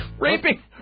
Raping